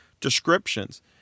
descriptions